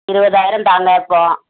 இருபதாயிரம் தாங்க இப்போது